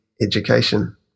education